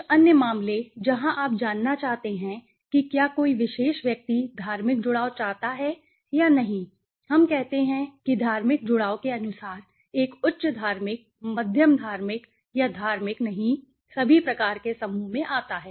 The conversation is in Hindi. कुछ अन्य मामले जहां आप जानना चाहते हैं कि क्या कोई विशेष व्यक्ति धार्मिक जुड़ाव चाहता है या नहीं हम कहते हैं कि धार्मिक जुड़ाव के अनुसार एक उच्च धार्मिक मध्यम धार्मिक या धार्मिक नहीं सभी प्रकार के समूह में आ ता है